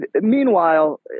meanwhile